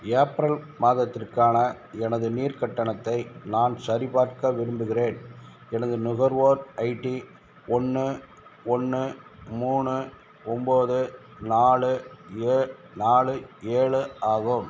April மாதத்திற்கான எனது நீர் கட்டணத்தை நான் சரிபார்க்க விரும்புகிறேன் எனது நுகர்வோர் ஐ டி ஒன்று ஒன்று மூணு ஒம்போது நாலு ஏ நாலு ஏழு ஆகும்